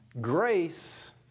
Grace